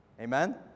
Amen